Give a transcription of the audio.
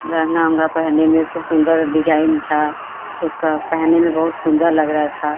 लहंगा ओहँगा पहनने में खुब सुंदर डिजाइन था उसका पहनने में बहुत सुंदर लग रहा था